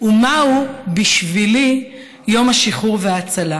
ומהו בשבילי יום השחרור וההצלה,